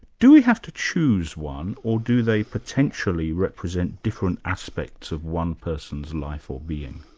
do we have to choose one, or do they potentially represent different aspects of one person's life or being?